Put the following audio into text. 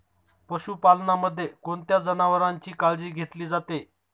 पशुपालनामध्ये कोणत्या जनावरांची काळजी घेतली जाते?